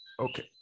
Okay